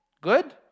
Good